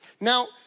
Now